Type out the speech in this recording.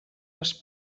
les